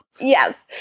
yes